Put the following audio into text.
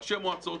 ראשי מועצות,